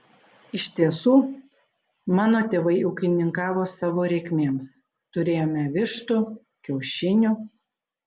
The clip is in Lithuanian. iš tiesų mano tėvai ūkininkavo savo reikmėms turėjome vištų kiaušinių